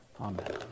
Amen